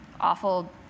awful